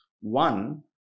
one